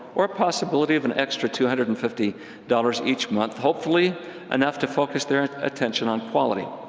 or a possibility of an extra two hundred and fifty dollars each month hopefully enough to focus their attention on quality.